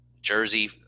jersey